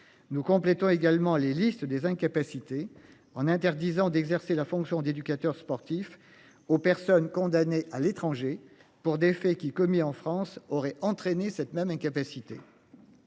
nous complétons également les listes des incapacités en interdisant d'exercer la fonction d'éducateur sportif aux personnes condamnées à l'étranger pour des faits qui commis en France aurait entraîné cette même incapacité.